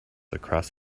across